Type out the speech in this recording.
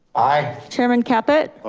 aye. chairman caput? aye,